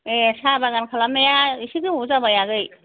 ए साह बागान खालामनाया एसे गोबाव जाबाय आगै